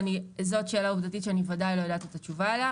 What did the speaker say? זו שאלה עובדתית שאני ודאי לא יודעת את התשובה עליה.